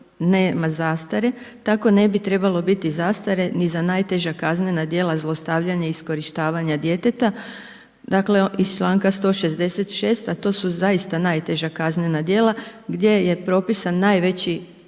nema zastare, tako ne bi trebalo biti zastare ni za najteža kaznena djela zlostavljanja i iskorištavanja djeteta, dakle iz članka 166. a to su zaista najteža kaznena djela gdje je propisan najveći